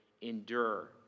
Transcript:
Endure